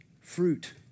fruit